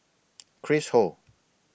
Chris Ho